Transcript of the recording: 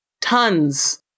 Tons